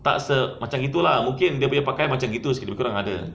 tak se~ macam gitu lah mungkin dia punya pakaian lebih kurang ada